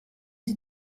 sie